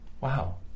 Wow